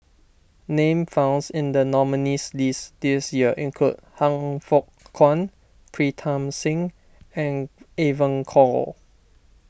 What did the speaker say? Name founds in the nominees' list this year include Han Fook Kwang Pritam Singh and Evon Kow